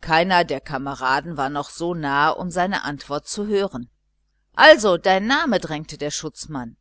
keiner der kameraden war noch so nahe um seine antwort zu hören also dein name drängte der schutzmann